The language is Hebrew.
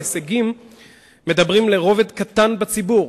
ההישגים מדברים לרובד קטן בציבור.